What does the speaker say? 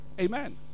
Amen